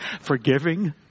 Forgiving